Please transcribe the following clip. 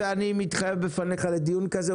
אני מתחייב בפניך לדיון כזה.